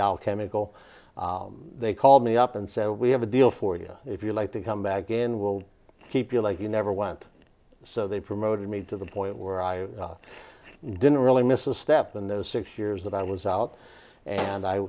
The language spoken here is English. dow chemical they called me up and said we have a deal for you if you like to come back in we'll keep you like you never want so they promoted me to the point where i didn't really miss a step in those six years that i was out and i